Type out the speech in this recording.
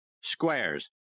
Squares